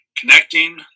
Connecting